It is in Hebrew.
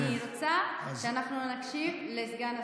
אני רוצה שאנחנו נקשיב לסגן השר.